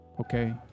Okay